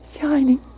shining